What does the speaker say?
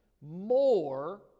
more